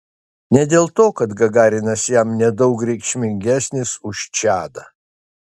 ne dėl to kad gagarinas jam nedaug reikšmingesnis už čadą